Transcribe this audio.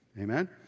Amen